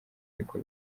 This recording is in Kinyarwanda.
ariko